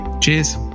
cheers